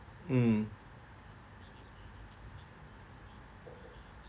mm